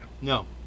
No